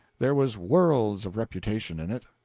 there was worlds of reputation in it,